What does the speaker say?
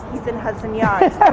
he's in hudson yards.